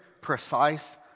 precise